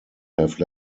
have